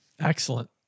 Excellent